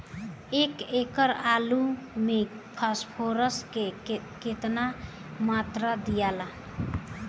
एक एकड़ आलू मे फास्फोरस के केतना मात्रा दियाला?